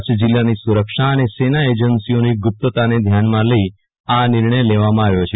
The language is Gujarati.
કચ્છ જીલ્લાની સુરક્ષા અને સેના એજન્સીઓની ગુપ્તતાને ધ્યાનમાં લઈ આ નિર્ણય લેવામાં આવ્યો છે